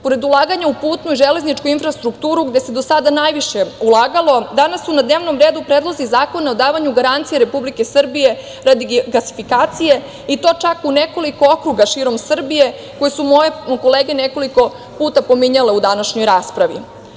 Pored ulaganja u putnu i železničku infrastrukturu, gde se do sada najviše ulagalo, danas su na dnevnom redu predlozi zakona o davanju garancija Republike Srbije radi gasifikacije, i to čak u nekoliko okruga širom Srbije koje su moje kolege nekoliko puta pominjale u današnjoj raspravi.